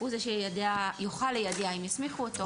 הוא זה שיוכל ליידע אם יסמיכו אותו.